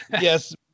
yes